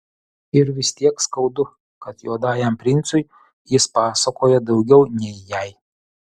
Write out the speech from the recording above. ir vis tiek skaudu kad juodajam princui jis pasakoja daugiau nei jai